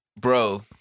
Bro